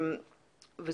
באיי-פדים,